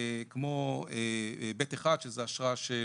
כמו ב/1 שזה אשרה של